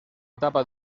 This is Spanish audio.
etapa